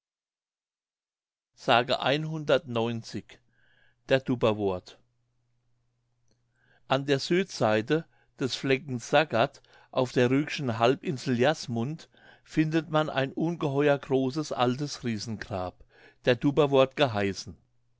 der dubberworth an der südseite des fleckens sagard auf der rügenschen halbinsel jasmund findet man ein ungeheuer großes altes riesengrab der dubberworth geheißen